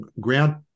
grant